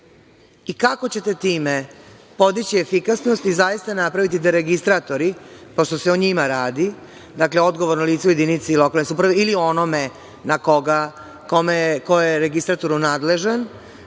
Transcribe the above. Kako ćete time podići efikasnost i zaista napraviti da registratori, pošto se o njima radi, dakle, odgovorno lice u jedinici lokalne samouprave, ili onome ko je registratoru nadležan,